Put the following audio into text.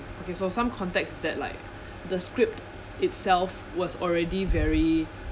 okay so some context that like the script itself was already very